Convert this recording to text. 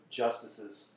justices